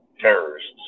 terrorists